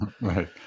Right